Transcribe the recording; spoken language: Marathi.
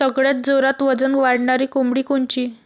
सगळ्यात जोरात वजन वाढणारी कोंबडी कोनची?